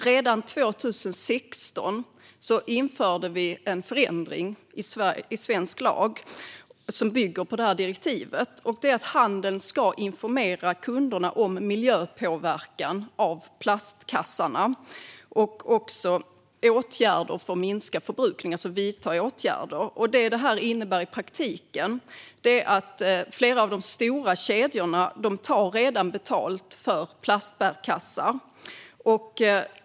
Redan 2016 införde vi i svensk lag en förändring som bygger på direktivet, nämligen att handeln ska informera kunderna om plastkassarnas miljöpåverkan och vidta åtgärder för att minska förbrukningen. Detta har i praktiken inneburit att flera av de stora kedjorna redan tar betalt för plastbärkassar.